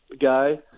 guy